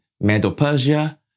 Medo-Persia